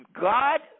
God